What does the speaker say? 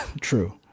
True